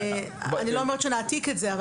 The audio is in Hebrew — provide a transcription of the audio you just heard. אני לא אומרת שנעתיק את זה.